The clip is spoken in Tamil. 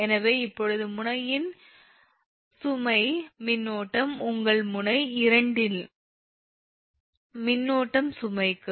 எனவே இப்போது முனையின் சுமை மின்னோட்டம் உங்கள் முனை 2 இன் மின்னோட்டம் சுமைக்கு